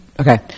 okay